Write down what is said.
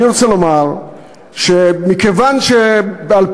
אני רוצה לומר שמכיוון שב-2013,